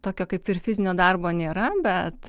tokio kaip ir fizinio darbo nėra bet